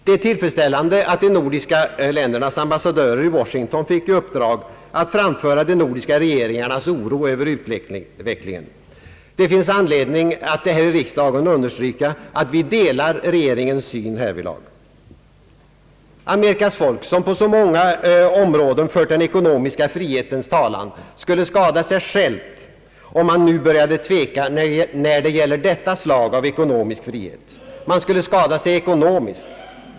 Det är tillfredsställande att de nordiska ländernas ambassadörer i Washington fick i uppdrag att framföra de nordiska regeringarnas oro över utvecklingen. Det finns anledning att här i riksdagen understryka att vi delar regeringens syn härvidlag. Amerikas folk som på så många områden fört den eko nomiska frihetens talan skulle skada sig självt om man nu började tveka när det gäller detta slag av ekonomisk frihet. Man skulle skadas ekonomiskt.